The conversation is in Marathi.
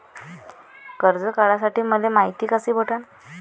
कर्ज काढासाठी मले मायती कशी भेटन?